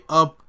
up